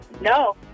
No